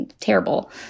terrible